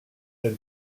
elle